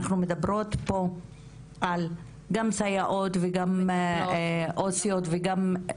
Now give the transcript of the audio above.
אנחנו מדברות פה על גם סייעות וגם עובדות סוציאליות וגם על